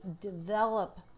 develop